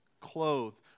Clothed